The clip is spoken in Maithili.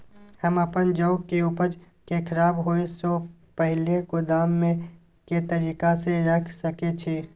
हम अपन जौ के उपज के खराब होय सो पहिले गोदाम में के तरीका से रैख सके छी?